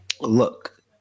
look